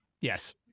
yes